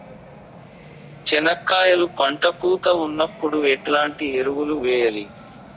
చెనక్కాయలు పంట పూత ఉన్నప్పుడు ఎట్లాంటి ఎరువులు వేయలి?